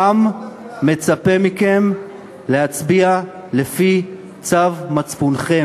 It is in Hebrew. העם מצפה מכם להצביע לפי צו מצפונכם.